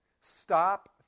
Stop